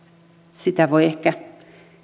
sitä voivat ehkä